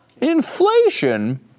inflation